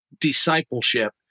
discipleship